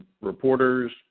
reporters